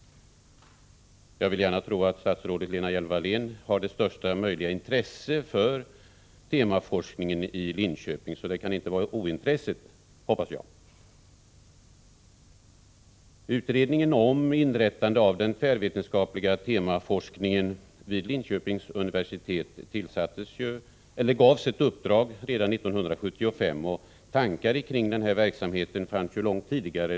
Jag vill gärna tro att statsrådet Lena Hjelm-Wallén har stort intresse för temaforskningen i Linköping. Jag hoppas att det inte är fråga om ointresse. Utredningen om inrättande av den tvärvetenskapliga temaforskningen vid Linköpings universitet gavs ett uppdrag redan 1975. Tankar om den här verksamheten fanns långt tidigare.